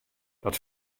dat